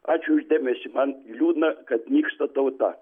ačiū už dėmesį man liūdna kad nyksta tauta